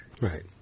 Right